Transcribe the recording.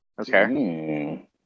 Okay